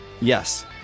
Yes